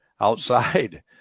outside